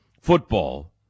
football